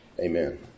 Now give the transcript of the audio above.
Amen